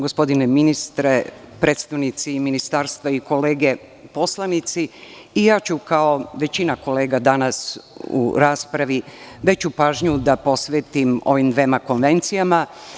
Gospodine ministre, predstavnici ministarstva i kolege poslanici, i ja ću kao većina kolega danas u raspravi veću pažnju da posvetim ovim dvema konvencijama.